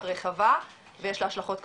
רחבה ויש לה השלכות קשות.